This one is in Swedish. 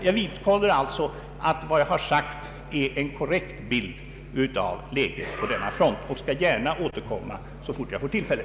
Jag vidhåller alltså att vad jag sagt ger en korrekt bild av läget, och jag skall gärna återkomma så fort jag får tillfälle.